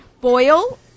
boil